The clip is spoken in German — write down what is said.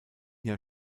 jahr